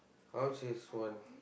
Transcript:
how much is one